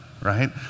right